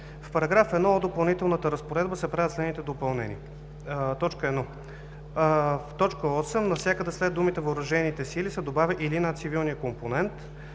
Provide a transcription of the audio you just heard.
В § 1 от Допълнителната разпоредба се правят следните допълнения: 1. В т. 8 навсякъде след думите „въоръжените сили“ се добавя „или на цивилния компонент“.